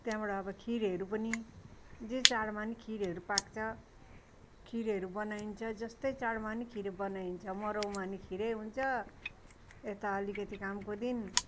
त्यहाँबड अब खीरहरू पनि जे चाडमा पनि खीरहेरू पाक्छ खीरहरू बनाइन्छ जस्तै चाडमा पनि खीर बनाइन्छ मरौमा नि खीरै हुन्छ यता अलिकति कामको दिन